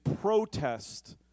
protest